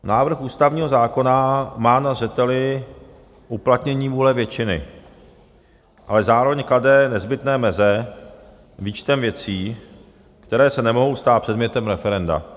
Návrh ústavního zákona má na zřeteli uplatnění vůle většiny, ale zároveň klade nezbytné meze výčtem věcí, které se nemohou stát předmětem referenda.